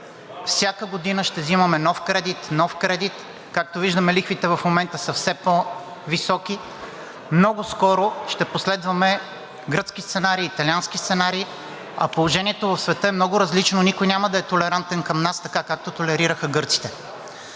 всяка година ще взимаме нов кредит, нов кредит. Както виждаме, лихвите в момента са все по-високи, много скоро ще последваме гръцкия сценарий, италианския сценарий, а положението в света е много различно. Никой няма да е толерантен към нас така, както толерираха гърците.